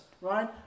right